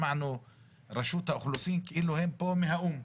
שמענו את רשות האוכלוסין כאילו הם פה מהאו"ם.